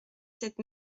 cette